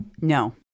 No